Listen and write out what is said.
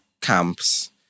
camps